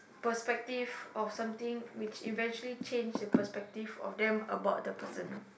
perspective of something which eventually change the perspective of them about the person